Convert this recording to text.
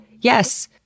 yes